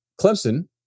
Clemson